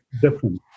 different